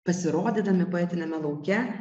pasirodydami poetiniame lauke